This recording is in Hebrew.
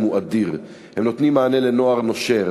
הוא אדיר: הם נותנים מענה לנוער נושר,